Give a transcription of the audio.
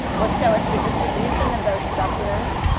will show us the distribution of those specimens.